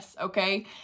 Okay